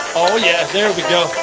oh yeah, there we go.